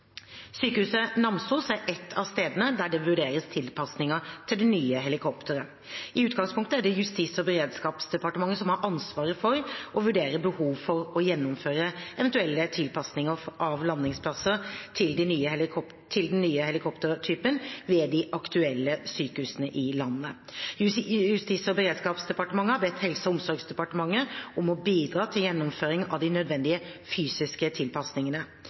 Sykehuset Namsos er ett av stedene der det vurderes tilpasninger til det nye helikopteret. I utgangspunktet er det Justis- og beredskapsdepartementet som har ansvaret for å vurdere behov for og å gjennomføre eventuelle tilpasninger av landingsplasser til den nye helikoptertypen ved de aktuelle sykehusene i landet. Justis- og beredskapsdepartementet har bedt Helse- og omsorgsdepartementet om å bidra til gjennomføring av de nødvendige fysiske tilpasningene.